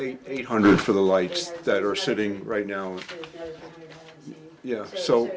eight eight hundred for the lights that are sitting right now yeah so